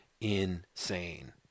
insane